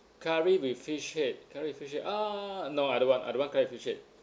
curry with fish head curry with fish head uh no I don't want I don't want curry with fish head